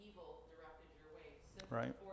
Right